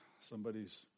somebody's